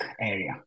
area